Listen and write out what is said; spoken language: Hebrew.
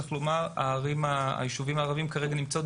צריך לומר שהישובים הערבים כרגע נמצאות